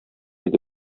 иде